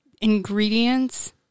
ingredients